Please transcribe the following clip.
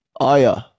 Aya